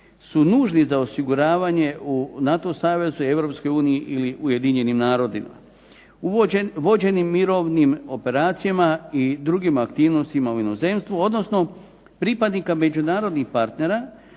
su nužni za osiguravanje u NATO savezu, Europskoj uniji ili Ujedinjenim narodima, vođenim mirovnim operacijama i drugim aktivnostima u inozemstvu, odnosno pripadnika međunarodnih partnera